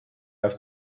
have